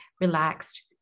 relaxed